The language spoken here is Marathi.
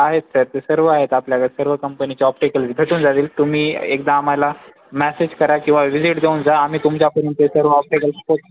आहेत सर ते सर्व आहेत आपल्याकडे सर्व कंपनीचे ऑप्टिकल्स भेटून जाातील तुम्ही एकदा आम्हाला मॅसेज किंवा व्हिजिट देऊन जा आम्ही तुमच्यापर्यंत ते सर्व ऑप्टिकल्स ख